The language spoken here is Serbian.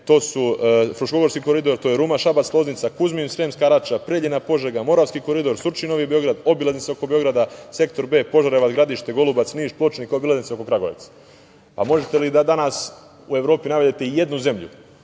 to su: Fruškogorski koridor, Ruma-Šabac-Loznica, Kuzmin-Sremska Rača, Preljina-Požega, Moravski koridor, Surčin-Novi Beograd, obilaznica oko Beograda - sektor B, Požarevac-Gradište-Golubac, Niš-Pločnik, obilaznica oko Kragujevca. Možete li danas u Evropi da navedete i jednu zemlju